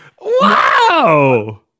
wow